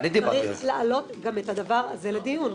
צריך להעלות גם את הדבר הזה לדיון.